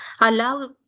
allow